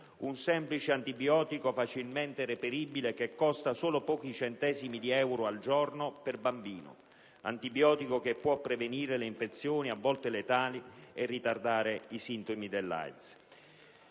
un semplice antibiotico facilmente reperibile, che costa solo pochi centesimi di euro al giorno per bambino, antibiotico che può prevenire le infezioni a volte letali e ritardare i sintomi dell'AIDS.